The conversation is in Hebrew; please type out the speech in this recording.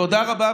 תודה רבה,